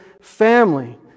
family